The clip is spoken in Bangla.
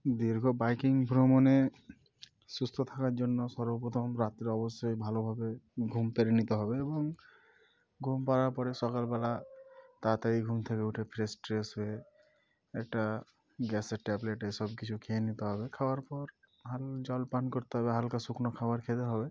দীর্ঘ বাইকিং ভ্রমণে সুস্থ থাকার জন্য সর্বপ্রথম রাত্রে অবশ্যই ভালোভাবে ঘুম পেড়ে নিতে হবে এবং ঘুম পাড়ার পরে সকালবেলা তাড়াতাড়ি ঘুম থেকে উঠে ফ্রেশ ট্রেশ হয়ে একটা গ্যাসের ট্যাবলেট এসব কিছু খেয়ে নিতে হবে খাওয়ার পর হালকা জল পান করতে হবে হালকা শুকনো খাবার খেতে হবে